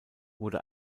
wurde